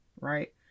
right